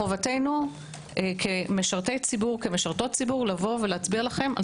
חובתנו כמשרתי ציבור להצביע לכם על